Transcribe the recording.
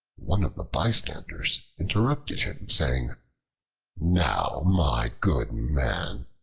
one of the bystanders interrupted him, saying now, my good man,